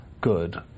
good